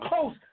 close